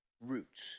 roots